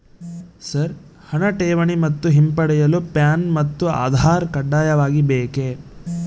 Sir ಹಣ ಠೇವಣಿ ಮತ್ತು ಹಿಂಪಡೆಯಲು ಪ್ಯಾನ್ ಮತ್ತು ಆಧಾರ್ ಕಡ್ಡಾಯವಾಗಿ ಬೇಕೆ?